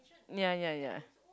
ya ya ya